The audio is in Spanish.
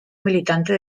militante